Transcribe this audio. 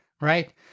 Right